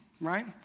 right